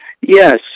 Yes